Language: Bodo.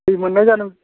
दै मोननाय जानांगोन